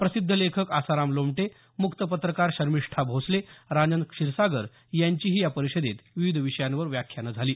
प्रसिद्ध लेखक आसाराम लोमटे मुक्त पत्रकार शर्मिष्ठा भोसले राजन क्षीरसागर यांचीही या परिषदेत विविध विषयांवर व्याख्यानं झाली